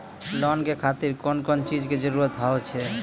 Loan के खातिर कौन कौन चीज के जरूरत हाव है?